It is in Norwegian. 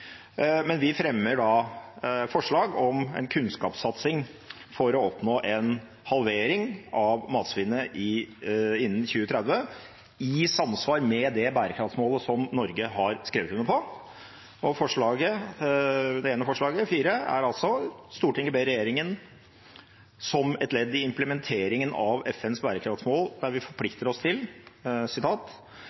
men vi fremmer forslag om en kunnskapssatsing for å oppnå en halvering av matsvinnet innen 2030, i samsvar med det bærekraftsmålet som Norge har skrevet under på. Forslag nr. 4 lyder: «Stortinget ber om at regjeringen, som et ledd i implementeringen av FNs bærekraftsmål der vi forplikter oss til